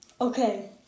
Okay